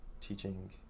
teaching